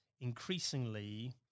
increasingly